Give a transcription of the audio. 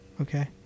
Okay